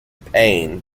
pain